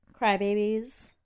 Crybabies